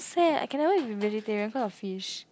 sad I can never be vegetarian cause of fish